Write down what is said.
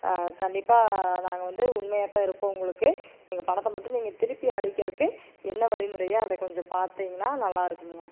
கண்டிப்பாக நாங்கள் வந்து உண்மையாக தான் இருப்போம் உங்களுக்கு எங்கள் பணத்தை மட்டும் நீங்கள் திருப்பி அளிக்கிறக்கு என்ன வழிமுறையோ அதை கொஞ்சம் பார்த்தீங்கன்னா நல்லா இருக்கும்ங்க